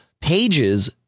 Pages